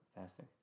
fasting